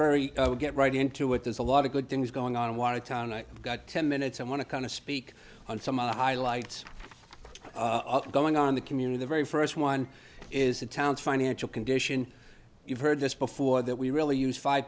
very get right into it there's a lot of good things going on in watertown i got ten minutes i want to kind of speak on some of the highlights going on in the community the very first one is the town financial condition you've heard this before that we really used five